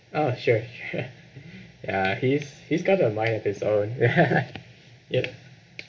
oh sure yeah ya he's he's got a life of his own ya ya